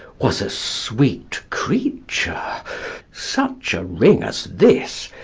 was a sweet creature such a ring as this,